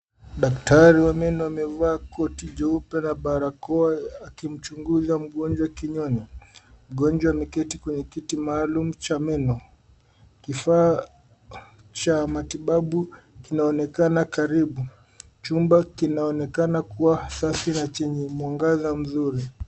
Daktari wa meno amevaa koti jeupe na barakoa akimchunguza mgonjwa kinywani. Mgonjwa ameketi kwenye kiti maalum cha meno. Kifaa cha matibabu kinaonekana karibu. Chumba kinaonekana kuwa safi na chenye mwangaza mzuri.